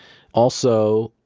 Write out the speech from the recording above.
also,